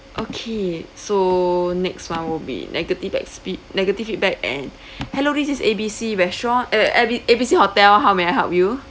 okay so next one will be negative expe~ negative feedback and hello this is A B C restaurant eh ab~ A B C hotel how may I help you